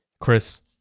Chris